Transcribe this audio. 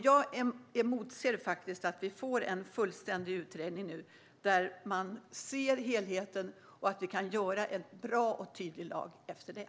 Jag emotser att vi får en fullständig utredning där man ser helheten och att vi kan göra en bra och tydlig lag efter det.